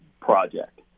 project